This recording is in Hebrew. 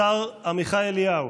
השר עמיחי אליהו.